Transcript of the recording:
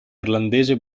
irlandese